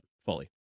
fully